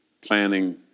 planning